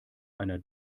einer